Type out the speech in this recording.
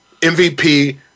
MVP